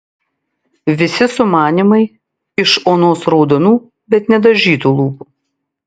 visi sumanymai iš onos raudonų bet nedažytų lūpų